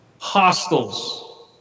Hostels